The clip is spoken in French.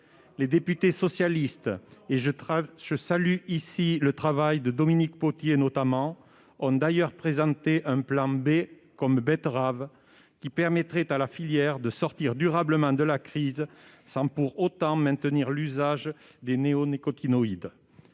Les députés socialistes- je salue ici le travail de Dominique Potier notamment -ont d'ailleurs présenté un plan B, comme « betterave », qui permettrait à la filière de sortir durablement de la crise, sans pour autant maintenir l'usage des néonicotinoïdes.